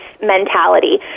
mentality